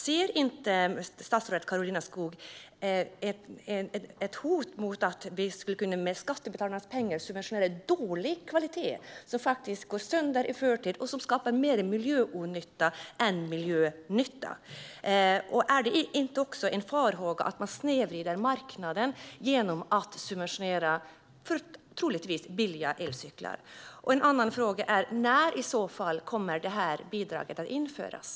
Ser inte statsrådet Karolina Skog ett hot att med hjälp av skattebetalarnas pengar subventionera dålig kvalitet, sådant som går sönder i förtid och skapar mer miljöonytta än miljönytta? Finns det inte en farhåga att marknaden snedvrids genom att billiga elcyklar subventioneras? När kommer bidraget att införas?